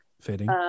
Fitting